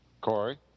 Corey